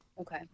Okay